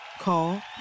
Call